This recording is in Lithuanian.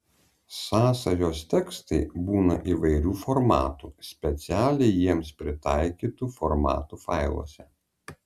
sąsajos tekstai būna įvairių formatų specialiai jiems pritaikytų formatų failuose